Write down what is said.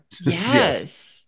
Yes